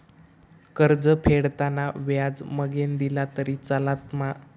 कर्ज फेडताना व्याज मगेन दिला तरी चलात मा?